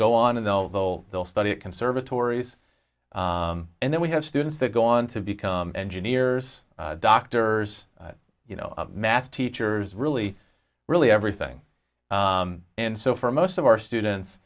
go on and they'll though they'll study at conservatories and then we have students that go on to become engineers doctors you know math teachers really really everything and so for most of our students